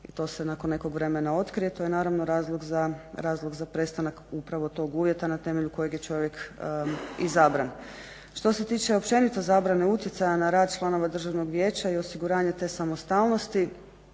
to se nakon nekog vremena otkrije, to je naravno razlog za prestanak upravo tog uvjeta na temelju kojeg je čovjek izabran. Što se tiče općenito zabrane utjecaja na rad članova državnog vijeća i osiguranje te samostalnosti,